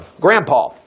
grandpa